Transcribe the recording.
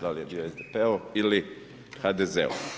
da li je bio SDP-ov ili HDZ-ov.